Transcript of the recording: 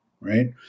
right